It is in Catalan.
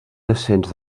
descens